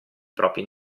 proprio